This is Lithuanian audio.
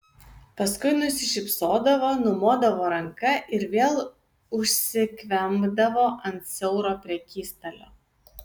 paskui nusišypsodavo numodavo ranka ir vėl užsikvempdavo ant siauro prekystalio